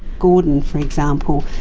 gordon, for example,